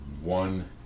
one